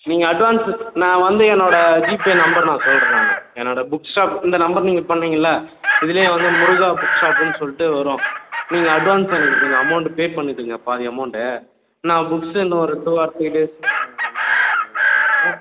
நீங்கள் அட்வான்ஸ் நான் வந்து என்னோடய ஜீபே நம்பர் நான் சொல்கிறேன் நான் என்னோடய புக் ஷாப் இந்த நம்பர் நீங்கள் பண்ணீங்கள்லை இதிலையே வந்து முருகா புக் ஷாப்புன்னு சொல்லிட்டு வரும் நீங்கள் அட்வான்ஸ் எனக்கு கொஞ்சம் அமௌண்டு பே பண்ணிவிடுங்க பாதி அமௌண்டை நான் புக்ஸ் இன்னோரு டூ ஆர் த்ரீ டேஸில் நான் வந்து இது பண்ணிடறேன்